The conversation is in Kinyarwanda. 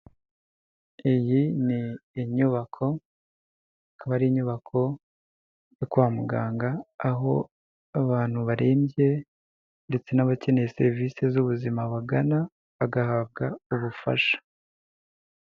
Iyi ni inyubako akaba ari inyubako yo kwa muganga, aho abantu barembye ndetse n'abakeneye serivise z'ubuzima bagana bagahabwa ubufasha.